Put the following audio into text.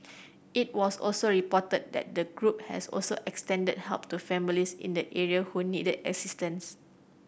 it was also reported that the group has also extended help to families in the area who needed assistance